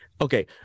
okay